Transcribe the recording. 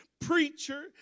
Preacher